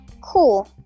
Cool